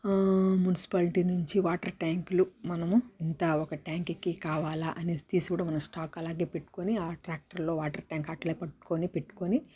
municipality నుంచి water ట్యాంకులు మనము ఎంత ఒక ట్యాంకుకి కావాలా అని తీసుకోవడం మనం స్టాక్ అలాగే పెట్టుకొని ఆ ట్రాక్టర్లో వాటర్ ట్యాంకు అట్లా పట్టుకొని పెట్టుకొని